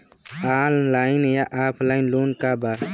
Online या offline loan का बा?